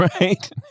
Right